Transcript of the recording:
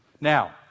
Now